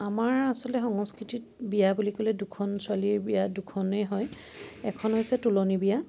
আমাৰ আচলতে সংস্কৃতিত বিয়া বুলি ক'লে দুখন ছোৱালীয়ে বিয়া দুখনেই হয় এখন হৈছে তোলনি বিয়া